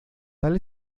tal